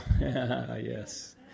yes